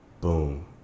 Boom